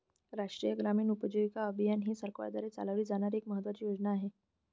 राष्ट्रीय ग्रामीण उपजीविका अभियान ही सरकारद्वारे चालवली जाणारी एक महत्त्वाची योजना आहे